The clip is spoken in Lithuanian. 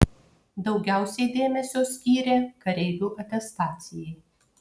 daugiausiai dėmesio skyrė kareivių atestacijai